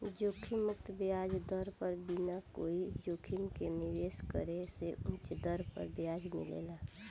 जोखिम मुक्त ब्याज दर पर बिना कोई जोखिम के निवेश करे से उच दर पर ब्याज मिलेला